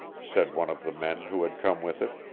said one of the men who had come with it.